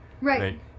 Right